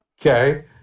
Okay